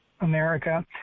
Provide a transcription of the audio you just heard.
America